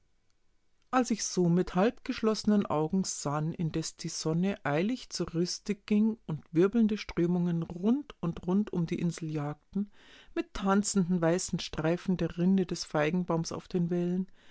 als ich so mit halbgeschlossenen augen sann indes die sonne eilig zur rüste ging und wirbelnde strömungen rund und rund um die insel jagten mit tanzenden weißen streifen der rinde des feigenbaumes auf den wellen